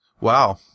Wow